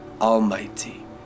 Almighty